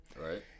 Right